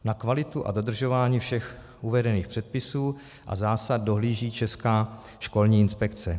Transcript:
Na kvalitu a dodržování všech uvedených předpisů a zásad dohlíží Česká školní inspekce.